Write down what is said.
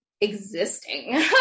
existing